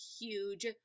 huge